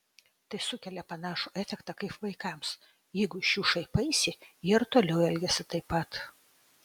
tai sukelia panašų efektą kaip vaikams jeigu iš jų šaipaisi jie ir toliau elgiasi taip pat